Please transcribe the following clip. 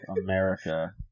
America